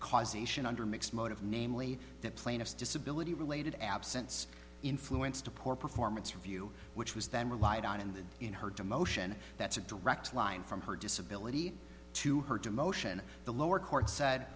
causation under mixed motive namely that plaintiff's disability related absence influenced a poor performance review which was then relied on in the in her to motion that's a direct line from her disability to her demotion the lower court said